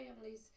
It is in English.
families